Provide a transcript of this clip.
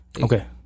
Okay